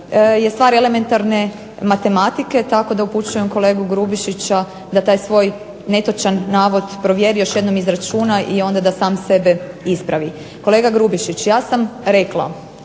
je stvar elementarne matematike tako da upućujem kolegu Grubišića da taj svoj netočan navod provjeri, još jednom izračuna i onda da sam sebe ispravi. Kolega Grubišić, ja sam rekla